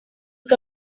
que